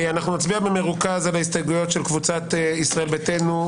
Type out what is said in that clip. אנחנו נצביע במרוכז על ההסתייגויות של קבוצת ישראל ביתנו,